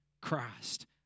Christ